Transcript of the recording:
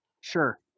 Sure